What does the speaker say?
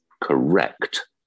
correct